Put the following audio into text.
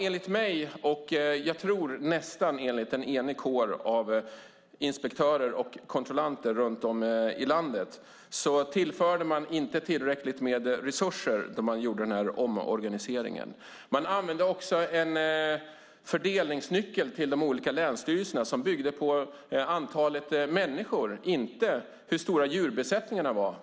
Enligt mig och jag tror nästan en enig kår av kontrollanter runt om i landet tillförde man inte tillräckligt med resurser vid omorganiseringen. Man använde också en fördelningsnyckel till de enskilda länsstyrelserna som byggde på antalet människor och inte hur stora djurbesättningarna var.